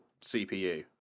CPU